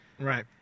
Right